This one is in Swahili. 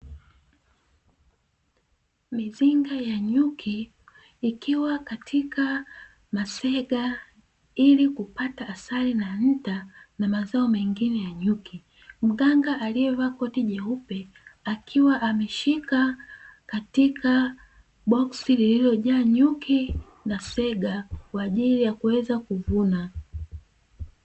Mizinga ya nyuki ikiwa katika masega ili kupata asali na nta na mazao mengine ya nyuki, mganga aliyevaa koti jeupe akiwa ameshika katika boksi lililojaa nyuki na sega kwa ajili ya kuweza kuvuna.